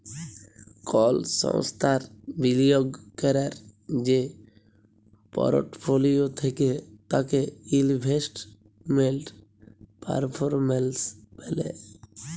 call সংস্থার বিলিয়গ ক্যরার যে পরটফলিও থ্যাকে তাকে ইলভেস্টমেল্ট পারফরম্যালস ব্যলে